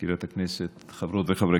במאי בחלק